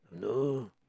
No